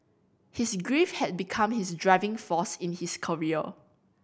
his grief had become his driving force in his career